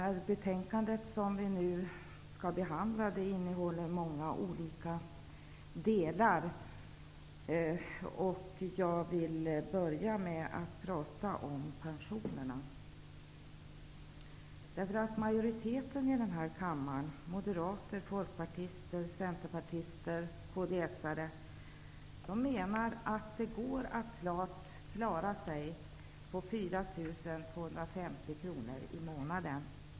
Det betänkande som vi nu behandlar innehåller många olika delar, och jag vill börja med att tala om pensionerna. Majoriteten i denna kammare, dvs. moderater, folkpartister, centerpartister och kds:are, menar avgjort att det går att klara sig på 4 250 kr i månaden.